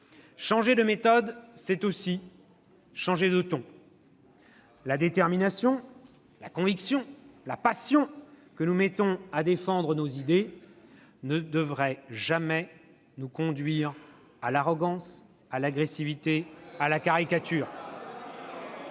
Changer de méthode, c'est aussi changer de ton. La détermination, la conviction, la passion que nous mettons à défendre nos idées ne devraient jamais nous conduire à l'arrogance, à l'agressivité, à la caricature. Regardons